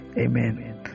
amen